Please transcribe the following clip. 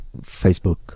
Facebook